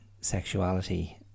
sexuality